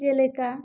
ᱡᱮᱞᱮᱠᱟ